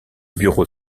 bureau